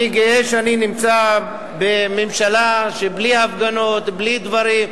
אני גאה שאני נמצא בממשלה שבלי הפגנות, בלי דברים,